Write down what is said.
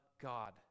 God